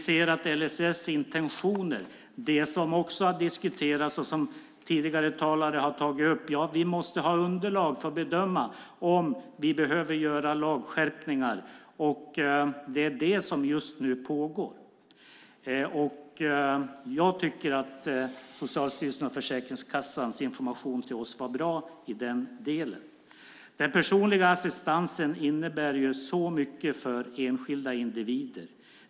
Beträffande intentionerna i LSS - som har diskuterats och som tidigare talare har tagit upp - ser vi att vi måste ha underlag för att bedöma om vi behöver göra lagskärpningar. Det är det som just nu pågår. Jag tycker att Socialstyrelsens och Försäkringskassans information till oss var bra i den delen. Den personliga assistansen innebär väldigt mycket för enskilda individer.